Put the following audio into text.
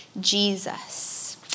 Jesus